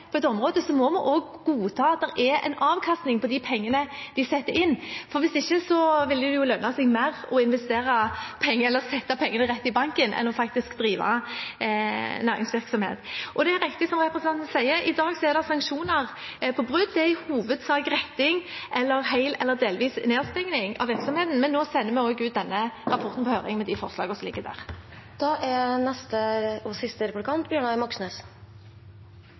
på et område, må vi også godta at det er en avkastning på de pengene de setter inn. Hvis ikke ville det lønne seg mer å sette pengene rett i banken enn faktisk å drive næringsvirksomhet. Det er riktig som representanten sier: I dag er det sanksjoner på brudd. Det er i hovedsak retting eller hel eller delvis nedstenging av virksomheten. Men nå sender vi også ut denne rapporten på høring, med de forslagene som ligger der.